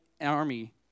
army